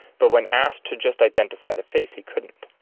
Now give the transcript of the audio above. but when asked to just identify the face he couldn't.